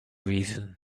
reason